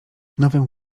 nowym